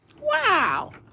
wow